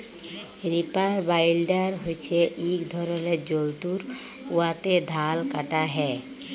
reaper binder হছে ইক ধরলের যল্তর উয়াতে ধাল কাটা হ্যয়